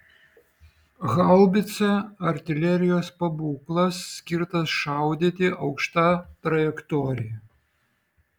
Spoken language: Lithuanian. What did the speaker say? haubica artilerijos pabūklas skirtas šaudyti aukšta trajektorija